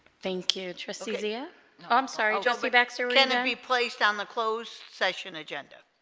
thank you trustee zia i'm sorry josie baxter linda replaced on the closed session agenda